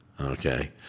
Okay